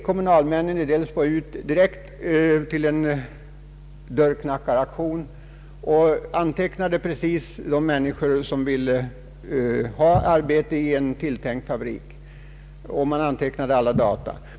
Kommunalmännen i Delsbo gick ut i en direkt dörrknackaraktion, och för alla som ville ha arbete i en påtänkt fabrik antecknades alla data.